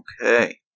Okay